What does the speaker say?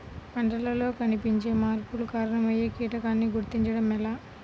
పంటలలో కనిపించే మార్పులకు కారణమయ్యే కీటకాన్ని గుర్తుంచటం ఎలా?